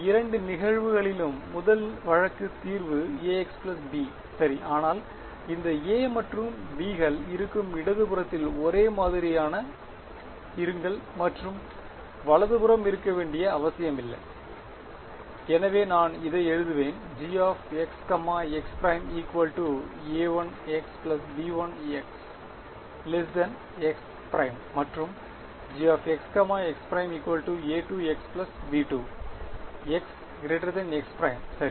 இரண்டு நிகழ்வுகளிலும் முதல் வழக்கு தீர்வு Ax B சரி ஆனால் இந்த A மற்றும் B கள் இருக்கும் இடதுபுறத்தில் ஒரே மாதிரியாக இருங்கள் மற்றும் வலதுபுறம் இருக்க வேண்டிய அவசியமில்லை எனவே நான் இதை எழுதுவேன் Gx x′A1x B1x x′ மற்றும் Gx x′A2xB2x x′ சரி